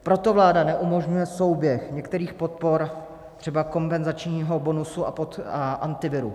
Proto vláda neumožňuje souběh některých podpor, třeba kompenzačního bonusu a Antiviru.